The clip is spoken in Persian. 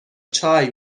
چای